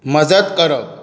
मजत करप